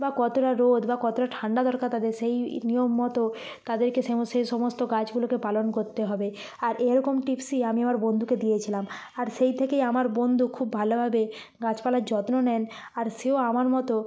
বা কতটা রোদ বা কতটা ঠান্ডা দরকার তাদের সেইই নিয়ম মতো তাদেরকে সে সমস্ত গাছগুলোকে পালন করতে হবে আর এরকম টিপসই আমি আমার বন্ধুকে দিয়েছিলাম আর সেই থেকেই আমার বন্ধু খুব ভালোভাবে গাছপালার যত্ন নেন আর সেও আমার মতো